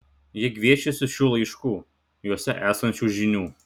jie gviešiasi šių laiškų juose esančių žinių